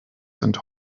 sind